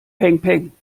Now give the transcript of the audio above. pengpeng